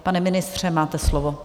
Pane ministře, máte slovo.